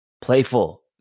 playful